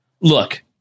Look